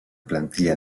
plantilla